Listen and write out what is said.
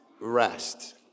rest